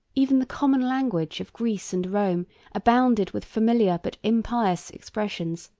even the common language of greece and rome abounded with familiar but impious expressions,